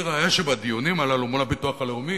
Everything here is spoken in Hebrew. בדיונים האלה מול הביטוח הלאומי,